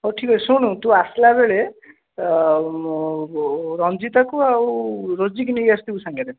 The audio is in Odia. ହଉ ଠିକ୍ ଅଛି ଶୁଣ ତୁ ଆସିଲା ବେଳେ ରଞ୍ଜିତାକୁ ଆଉ ରୋଜିକୁ ନେଇଆସିଥିବୁ ସାଙ୍ଗରେ